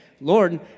Lord